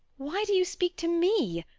why do you speak to me?